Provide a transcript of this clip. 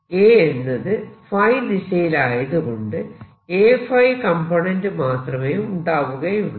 A എന്നത് ϕ ദിശയിലായതുകൊണ്ട് Aϕ component മാത്രമേ ഉണ്ടാവുകയുള്ളൂ